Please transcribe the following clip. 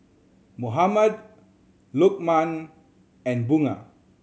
Muhammad Lokman and Bunga